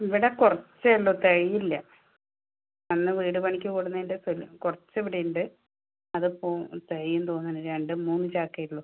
ഇവിടെ കുറച്ചേ ഉള്ളു തികയില്ല അന്ന് വീട് പണിക്ക് കൂടുന്നേൻ്റെ കുറച്ച് ഇവിടെയുണ്ട് അതിപ്പോൾ തികയുമെന്ന് തോന്നുന്നില്ല രണ്ടും മൂന്നും ചാക്കേ ഉള്ളു